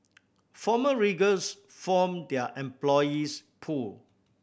former riggers form their employees pool